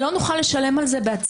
של האשפוזים ולא נוכל לשלם על זה מעצמנו